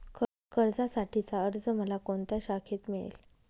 कर्जासाठीचा अर्ज मला कोणत्या शाखेत मिळेल?